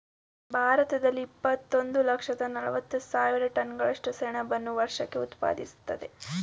ಭಾರತದಲ್ಲಿ ಇಪ್ಪತ್ತೊಂದು ಲಕ್ಷದ ನಲವತ್ತು ಸಾವಿರ ಟನ್ಗಳಷ್ಟು ಸೆಣಬನ್ನು ವರ್ಷಕ್ಕೆ ಉತ್ಪಾದಿಸ್ತದೆ